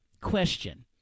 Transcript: question